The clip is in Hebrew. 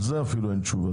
על זה אפילו אין תשובה.